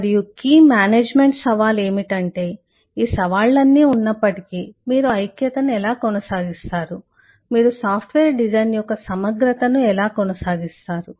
మరియు key management సవాలు ఏమిటంటే ఈ సవాళ్లన్నీ ఉన్నప్పటికీ మీరు ఐక్యతను ఎలా కొనసాగిస్తారు మీరు సాఫ్ట్వేర్ రూపకల్పన యొక్క సమగ్రతను ఎలా కొనసాగిస్తారు